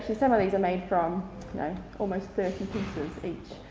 some of these are made from you know almost thirty pieces each.